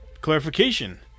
clarification